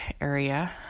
area